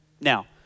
Now